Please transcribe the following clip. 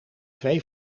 twee